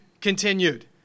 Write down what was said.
continued